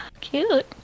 Cute